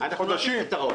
אנחנו נמצא פתרון.